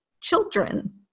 children